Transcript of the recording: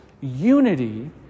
unity